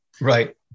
Right